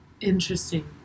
Interesting